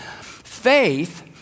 Faith